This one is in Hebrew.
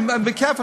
בכיף,